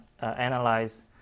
analyze